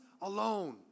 alone